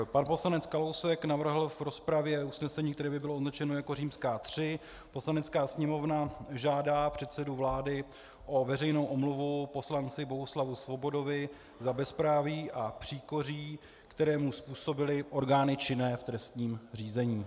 Pan poslanec Kalousek navrhl v rozpravě usnesení, které by bylo označeno jako III: Poslanecká sněmovna žádá předsedu vlády o veřejnou omluvu poslanci Bohuslavu Svobodovi za bezpráví a příkoří, které mu způsobily orgány činné v trestním řízení.